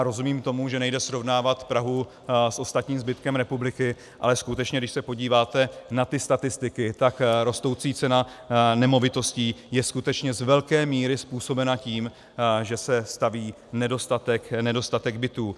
Rozumím tomu, že nejde srovnávat Prahu s ostatním zbytkem republiky, ale skutečně když se podíváte na statistiky, tak rostoucí cena nemovitostí je skutečně z velké míry způsobena tím, že se staví nedostatek bytů.